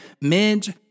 Midge